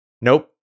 nope